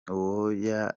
uwoya